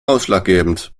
ausschlaggebend